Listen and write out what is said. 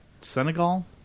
Senegal